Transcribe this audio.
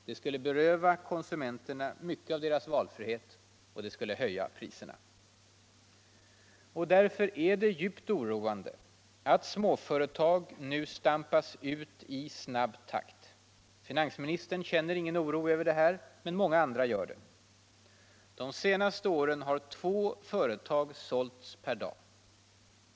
Det skulle beröva konsumenterna mycket av deras valfrihet och det skulle höja priserna. Därför är det djupt oroande att småföretag nu stampas ut i snabb takt. Finansministern känner ingen oro över det här, men många andra gör det. De senaste åren har två företag sålts per dag.